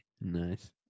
Nice